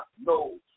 knows